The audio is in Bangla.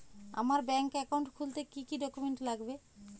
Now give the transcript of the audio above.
আমার ব্যাংক একাউন্ট খুলতে কি কি ডকুমেন্ট লাগবে?